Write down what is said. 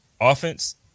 Offense